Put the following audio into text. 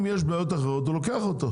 אם יש בעיות אחרות, הוא לוקח אותו.